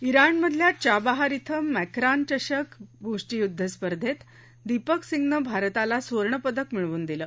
इराणमधल्या Chabahar इथं Makran चषक म्ष्टीयूद्ध स्पर्धेत दीपक सिंगनं भारताला स्वर्णपदक मिळवून दिलं